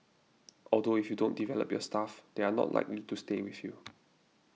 although if you don't develop your staff they are not likely to stay with you